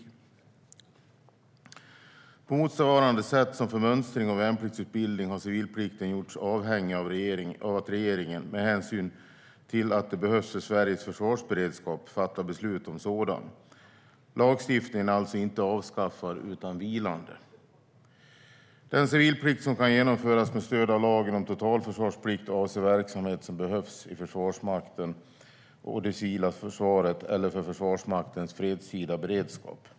På motsvarande sätt som för mönstring och värnpliktsutbildning har civilplikten gjorts avhängig av att regeringen, med hänsyn till att det behövs för Sveriges försvarsberedskap, fattar beslut om sådan. Lagstiftningen är alltså inte avskaffad utan vilande. Den civilplikt som kan genomföras med stöd av lagen om totalförsvarsplikt avser verksamhet som behövs i Försvarsmakten och det civila försvaret eller för Försvarsmaktens fredstida beredskap.